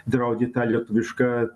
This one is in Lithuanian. draudė tą lietuvišką